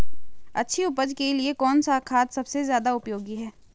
अच्छी उपज के लिए कौन सा खाद सबसे ज़्यादा उपयोगी है?